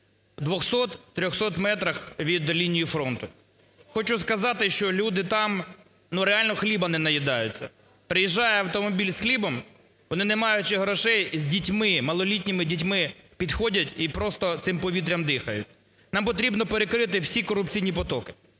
200-300 метрах від лінії фронту. Хочу сказати, що люди там, ну, реально хліба не наїдаються. Приїжджає автомобіль з хлібом, вони, не маючи грошей, з дітьми, малолітніми дітьми, підходять і просто цим повітрям дихають. Нам потрібно перекрити всі корупційні потоки.